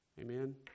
amen